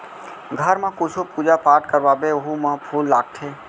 घर म कुछु पूजा पाठ करवाबे ओहू म फूल लागथे